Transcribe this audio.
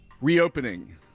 reopening